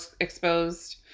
exposed